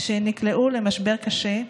שנקלעו למשבר קשה,